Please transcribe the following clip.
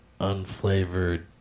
unflavored